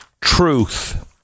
truth